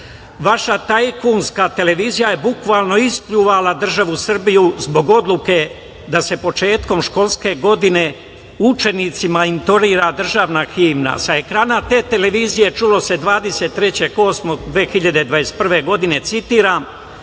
vaša tajkunska televizija je bukvalno ispljuvala državu Srbiju zbog odluke da se početkom školske godine učenicima intonira državna himna. Sa ekrana te televizije čulo se 23. 8. 2021. godine, citiram: